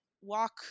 walk